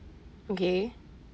okay